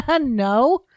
No